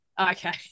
Okay